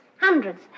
Hundreds